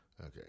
Okay